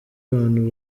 abantu